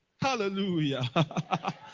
Hallelujah